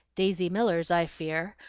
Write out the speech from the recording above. daisy millers, i fear,